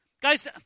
Guys